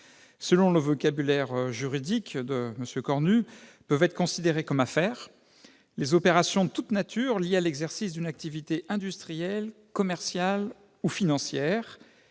Selon le vocabulaire juridique de M. Cornu, peuvent être considérées comme « affaires » les « opérations de toute nature liées à l'exercice d'une activité industrielle, commerciale ou financière